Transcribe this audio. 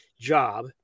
job